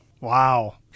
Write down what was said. Wow